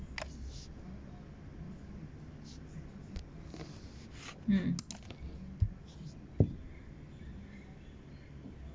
mm